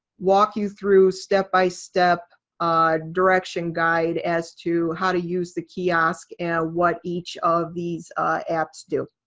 walk you through, step-by-step direction guide as to how to use the kiosk and what each of these apps do.